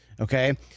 Okay